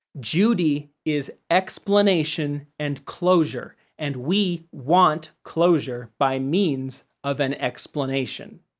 judy is explanation and closure, and we want closure by means of an explanation.